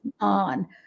on